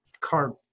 car